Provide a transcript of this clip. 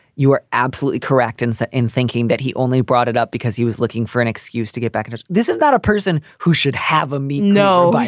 you are absolutely correct in that in thinking that he only brought it up because he was looking for an excuse to get back on and it. this is not a person who should have a meat. no,